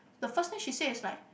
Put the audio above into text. the first thing she said is like